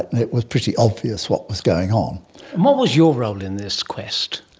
it was pretty obvious what was going on. and what was your role in this quest?